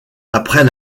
après